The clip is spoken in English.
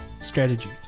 Strategy